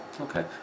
Okay